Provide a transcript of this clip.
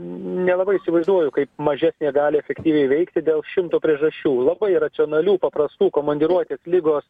nelabai įsivaizduoju kaip mažesnė gali efektyviai veikti dėl šimto priežasčių labai racionalių paprastų komandiruotės ligos